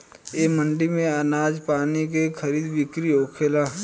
ए मंडी में आनाज पानी के खरीद बिक्री होखेला